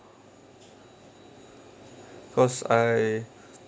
cause I